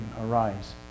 arise